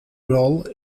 role